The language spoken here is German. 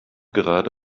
gerade